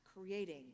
creating